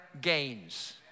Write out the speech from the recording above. gains